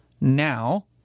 now